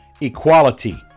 equality